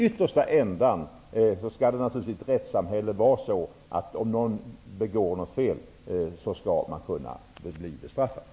Ytterst skall det naturligtvis vara så i ett rättsamhälle, att om någon begår ett fel skall man kunna bli bestraffad.